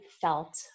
felt